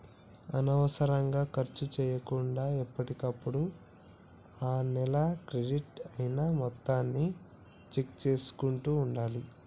అనవసరంగా ఖర్చు చేయకుండా ఎప్పటికప్పుడు ఆ నెల క్రెడిట్ అయిన మొత్తాన్ని చెక్ చేసుకుంటూ ఉండాలి